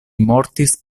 mortis